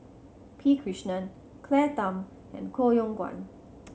P Krishnan Claire Tham and Koh Yong Guan